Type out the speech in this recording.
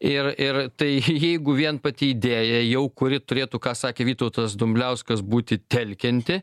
ir ir tai jeigu vien pati idėja jau kuri turėtų ką sakė vytautas dumbliauskas būti telkianti